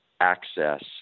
access